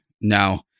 no